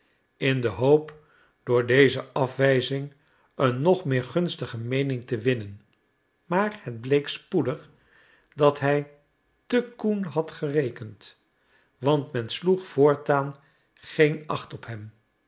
in de hoop door deze afwijzing een nog meer gunstige meening te winnen maar het bleek spoedig dat hij te koen had gerekend want men sloeg voortaan geen acht op hem